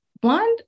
one